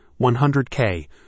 100K